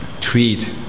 treat